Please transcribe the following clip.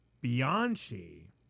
Bianchi